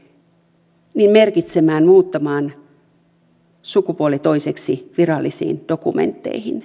merkitsemään ja muuttamaan sukupuoli toiseksi virallisiin dokumentteihin